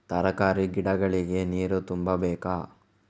ತರಕಾರಿ ಗಿಡಗಳಿಗೆ ನೀರು ತುಂಬಬೇಕಾ?